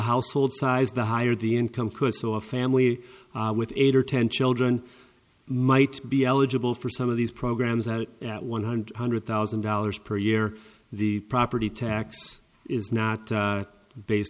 household size the higher the income could so a family with eight or ten children might be eligible for some of these programs out at one hundred hundred thousand dollars per year the property tax is not based